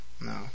No